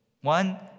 One